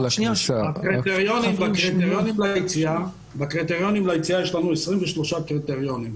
בקריטריונים ליציאה השתנו 23 קריטריונים.